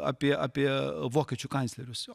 apie apie vokiečių kanclerius